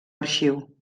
arxiu